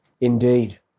Indeed